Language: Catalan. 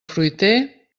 fruiter